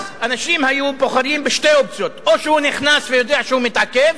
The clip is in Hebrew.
אז אנשים היו בוחרים משתי אופציות: או שהוא נכנס ויודע שהוא מתעכב,